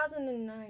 2009